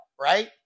right